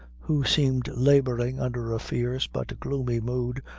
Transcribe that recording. who seemed laboring under a fierce but gloomy mood,